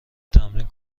تمرین